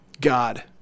God